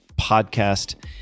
podcast